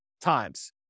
times